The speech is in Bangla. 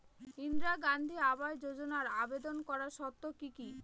ইন্দিরা গান্ধী আবাস যোজনায় আবেদন করার শর্ত কি কি?